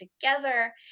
together